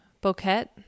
Bouquet